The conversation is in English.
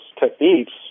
techniques